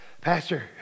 Pastor